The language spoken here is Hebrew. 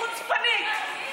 חוצפנית.